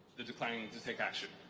the declining to take action.